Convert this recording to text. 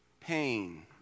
pain